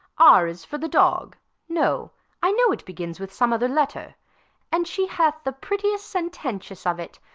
r is for the dog no i know it begins with some other letter and she hath the prettiest sententious of it,